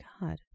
God